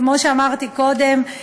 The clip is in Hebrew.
כמו שאמרתי קודם,